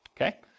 okay